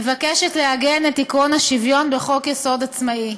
מוצע לעגן את עקרון השוויון בחוק-יסוד עצמאי.